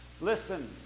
Listen